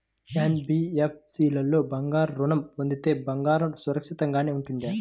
NBFC లో బంగారు ఋణం పొందితే బంగారం సురక్షితంగానే ఉంటుందా?